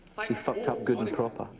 i good and proper.